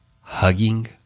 hugging